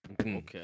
Okay